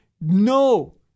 no